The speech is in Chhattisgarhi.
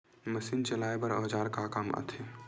मशीन चलाए बर औजार का काम आथे?